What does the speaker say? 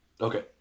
okay